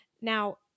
Now